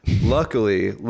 Luckily